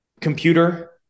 computer